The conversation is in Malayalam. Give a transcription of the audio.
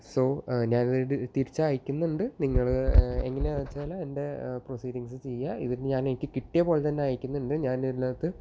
സൊ ഞാനിത് തിരിച്ചയക്കുന്നുണ്ട് നിങ്ങള് എങ്ങനെയാന്ന് വെച്ചാല് അതിന്റെ പ്രൊസീഡിങ്ങ്സ് ചെയ്യുക ഇത് ഞാൻ എനിക്ക് കിട്ടിയ പോലെ തന്നെ അയക്കുന്നുണ്ട് ഞാൻ ഇതിനകത്ത്